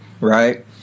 right